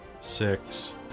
six